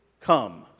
come